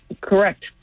Correct